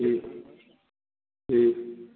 जी जी